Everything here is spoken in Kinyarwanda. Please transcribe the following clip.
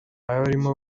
abarimo